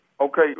Okay